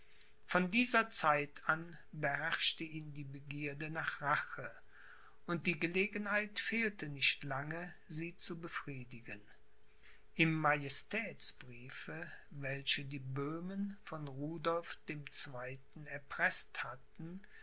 von dieser zeit an beherrschte ihn die begierde nach rache und die gelegenheit fehlte nicht lange sie zu befriedigen im majestätsbriefe welchen die böhmen von rudolph dem zweiten erpreßt hatten